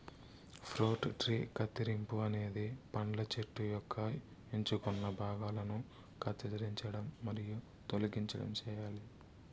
fruit tree కత్తిరింపు అనేది పండ్ల చెట్టు యొక్క ఎంచుకున్న భాగాలను కత్తిరించడం మరియు తొలగించడం చేయాలి